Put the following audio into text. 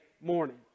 morning